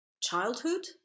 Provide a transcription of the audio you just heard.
childhood